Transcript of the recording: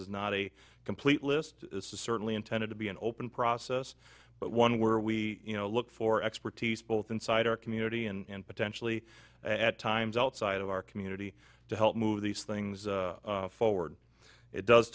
is not a complete list this is certainly intended to be an open process but one where we you know look for expertise both inside our community and potentially at times outside of our community to help move these things forward it does